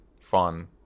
fun